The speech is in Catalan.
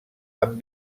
amb